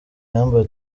yambaye